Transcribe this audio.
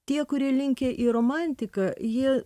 tie kurie linkę į romantiką jie